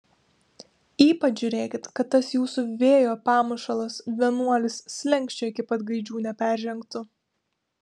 ypač žiūrėkit kad tas jūsų vėjo pamušalas vienuolis slenksčio iki pat gaidžių neperžengtų